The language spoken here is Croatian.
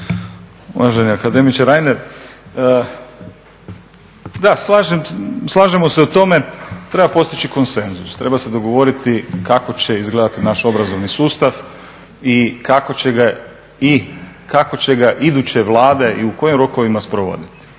Uvaženi akademiče Reiner, da slažemo se u tome, treba postići konsenzus, treba se dogovoriti kako će izgledati naš obrazovni sustav i kako će ga iduće Vlade i u kojim rokovima provoditi